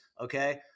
okay